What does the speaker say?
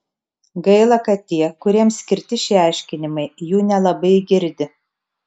gaila kad tie kuriems skirti šie aiškinimai jų nelabai girdi